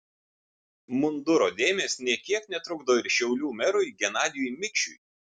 munduro dėmės nė kiek netrukdo ir šiaulių merui genadijui mikšiui